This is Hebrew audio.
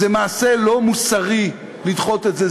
זה מעשה לא מוסרי לדחות את זה.